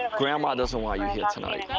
grandma doesn't want you here tonight.